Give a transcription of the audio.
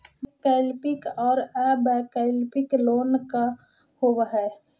वैकल्पिक और अल्पकालिक लोन का होव हइ?